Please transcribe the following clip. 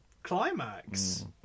Climax